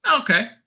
Okay